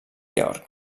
york